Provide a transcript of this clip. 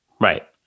right